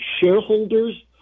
shareholders